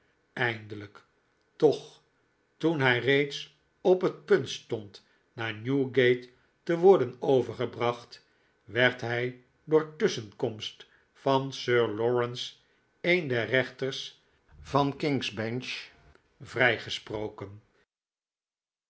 eindelijk toch toen hij reeds op het punt stond naar newgate te worden overgebracht werd hij door tusschenkomst van sir lawrence een der rechters van kings bench vrijgesproken